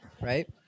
right